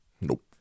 Nope